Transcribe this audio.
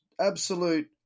absolute